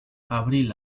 abril